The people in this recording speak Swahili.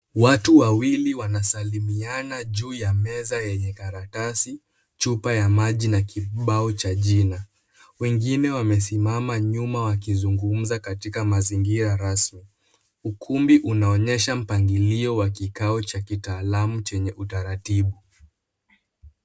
Watu wawili wanasalimiana juu ya meza yenye karatasi, chupa ya maji na kibao cha jina. Wengine wamesimama nyuma wakizungumza katika mazingira rasmi ukumbi unaonyesha mpangilio wa kikao cha kitaalamu chenye utaratibu.